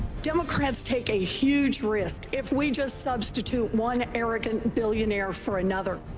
democrats take a huge risk if we just substitute one arrogant billionaire for another.